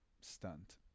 stunt